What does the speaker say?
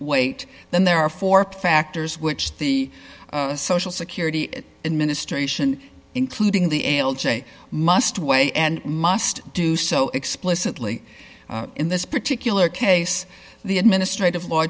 weight then there are four factors which the social security administration including the able to say must weigh and must do so explicitly in this particular case the administrative law